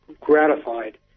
gratified